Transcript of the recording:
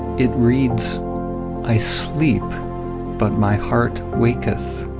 it reads i sleep but my heart waketh.